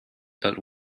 but